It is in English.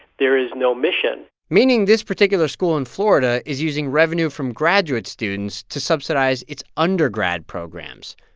there is no mission meaning this particular school in florida is using revenue from graduate students to subsidize its undergrad programs.